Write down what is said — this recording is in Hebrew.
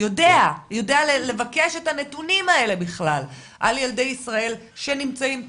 יודע לבקש את הנתונים האלה בכלל על ילדי ישראל שנמצאים תחתיו,